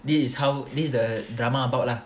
this is how this is the drama about lah